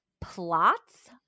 plots